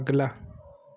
अगला